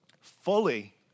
fully